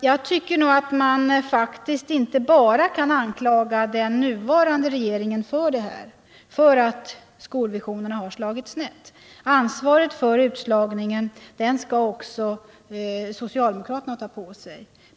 Jag tycker nog att man faktiskt inte bara kan anklaga den nuvarande regeringen för att så är fallet. Ansvaret för utslagningen skall också socialdemokraterna ta på sig.